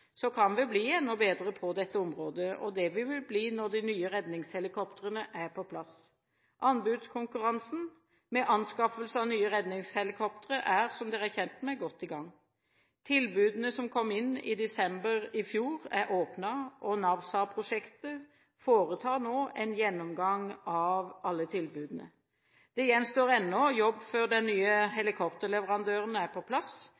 kan vi bli enda bedre på dette området. Det vil vi bli når de nye redningshelikoptrene er på plass. Anbudskonkurransen med anskaffelse av nye redningshelikoptre er, som dere er kjent med, godt i gang. Tilbudene som kom inn i desember i fjor, er åpnet, og NAWSARH-prosjektet foretar nå en gjennomgang av alle tilbudene. Det gjenstår ennå jobb før den nye helikopterleverandøren er på plass,